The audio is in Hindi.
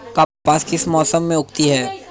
कपास किस मौसम में उगती है?